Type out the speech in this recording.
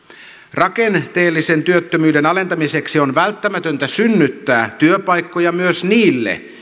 rakenteellisen työttömyyden alentamiseksi on välttämätöntä synnyttää työpaikkoja myös niille